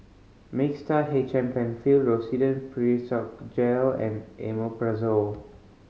Mixtard H M Penfill Rosiden Piroxicam Gel and Omeprazole